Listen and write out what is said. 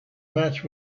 match